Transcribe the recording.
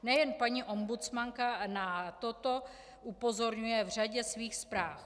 Nejen paní ombudsmanka na toto upozorňuje v řadě svých zpráv.